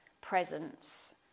presence